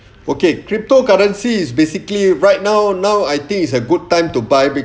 okay cryptocurrency is basically right now now I think it's a good time to buy